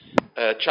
chapter